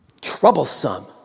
troublesome